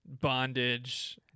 bondage